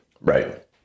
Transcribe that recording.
Right